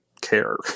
care